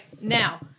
now